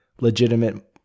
legitimate